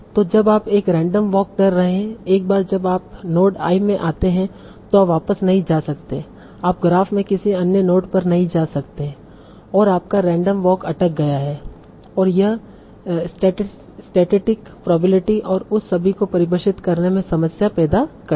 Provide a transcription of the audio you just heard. तो जब आप एक रैंडम वाक कर रहे हैं एक बार जब आप नोड i मैं आते हैं तो आप वापस नहीं जा सकते आप ग्राफ़ में किसी अन्य नोड पर नहीं जा सकते हैं और आपका रैंडम वॉक अटक गया है और यह स्टैटिस्टिक प्रोबेबिलिटी और उस सभी को परिभाषित करने में समस्या पैदा करता है